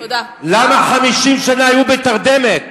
למה 50 שנה היו בתרדמת?